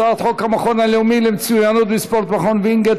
הצעת חוק המכון הלאומי למצוינות בספורט (מכון וינגייט),